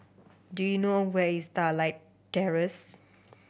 do you know where is Starlight Terrace